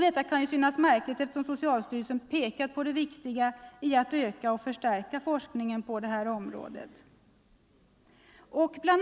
Detta kan synas märkligt / 95 eftersom socialstyrelsen pekat på det viktiga i att öka och förstärka forskningen på detta område. Bl.